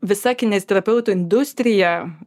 visa kineziterapeutų industrija